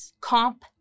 Comp-